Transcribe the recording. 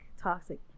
toxic